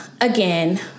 Again